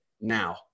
now